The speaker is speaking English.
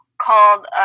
called